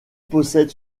possède